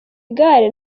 igare